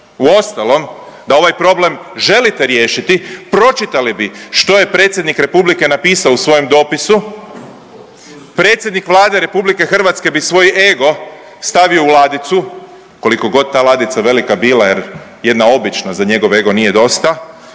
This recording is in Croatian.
Uostalom, da ovaj problem želite riješiti pročitali bi što je predsjednik republike napisao u svojem dopisu, predsjednik Vlade RH bi svoj ego stavio u ladicu, koliko god ta ladica velika bila jer jedna obična za njegov ego nije dosta